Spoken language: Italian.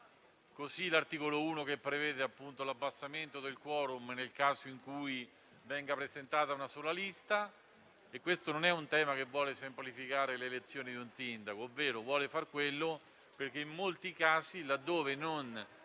che l'articolo 1 prevede l'abbassamento del *quorum* nel caso in cui venga presentata una sola lista. Questo non è un tema che vuole semplificare le elezioni di un sindaco; meglio, vuole far quello perché in molti casi, laddove non